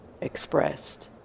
expressed